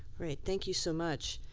great. thank you so much.